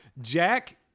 Jack